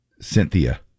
Cynthia